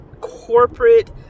corporate